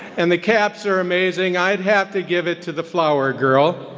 and the caps are amazing, i'd have to give it to the flower girl.